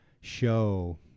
show